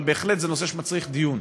אבל זה בהחלט נושא שמצריך דיון.